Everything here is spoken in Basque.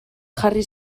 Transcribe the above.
jarri